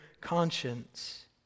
conscience